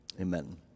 Amen